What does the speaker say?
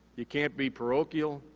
you can't be parochial,